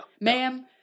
Ma'am